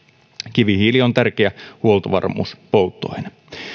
kivihiili on tärkeä huoltovarmuuspolttoaine